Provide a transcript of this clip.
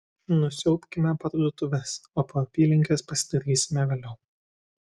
nusiaubkime parduotuves o po apylinkes pasidairysime vėliau